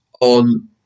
on